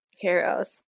Heroes